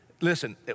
listen